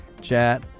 chat